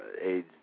AIDS